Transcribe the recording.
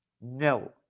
No